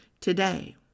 today